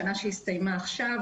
השנה שהסתיימה עכשיו,